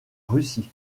russie